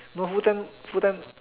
no full time full time